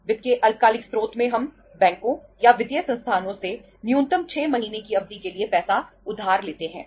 वित्त के अल्पकालिक स्रोत में हम बैंकों या वित्तीय संस्थानों से न्यूनतम 6 महीने की अवधि के लिए पैसा उधार लेते हैं